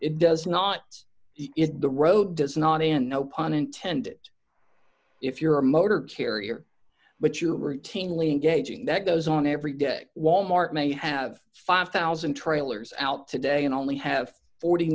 it does not is the road does not end no pun intended if you're a motor carrier but you routinely engaging that goes on every day walmart may have five thousand trailers out today and only have fo